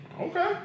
Okay